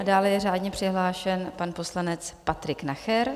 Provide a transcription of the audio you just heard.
A dále je řádně přihlášen pan poslanec Patrik Nacher.